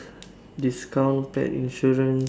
discount pet insurance